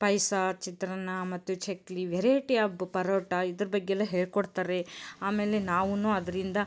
ಪಾಯಸ ಚಿತ್ರಾನ್ನ ಮತ್ತು ಚಕ್ಕುಲಿ ವೆರೈಟಿ ಆಫ್ ಪರೋಟ ಇದ್ರ ಬಗ್ಗೆ ಎಲ್ಲ ಹೇಳಿಕೊಡ್ತಾರೆ ಆಮೇಲೆ ನಾವೂನು ಅದರಿಂದ